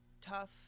tough